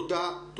תודה.